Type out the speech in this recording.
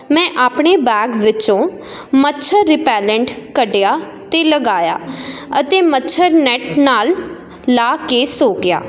ਮੈਂ ਆਪਣੇ ਬੈਗ ਵਿੱਚੋਂ ਮੱਛਰ ਰੀਪੈਲੈਂਟ ਕੱਢਿਆ ਅਤੇ ਲਗਾਇਆ ਅਤੇ ਮੱਛਰ ਨੈੱਟ ਨਾਲ ਲਾ ਕੇ ਸੌ ਗਿਆ